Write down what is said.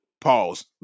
Pause